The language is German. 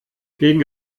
gegen